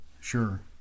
Sure